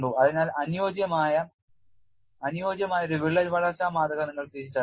അതിനാൽ അനുയോജ്യമായ ഒരു വിള്ളൽ വളർച്ചാ മാതൃക നിങ്ങൾ തിരിച്ചറിയണം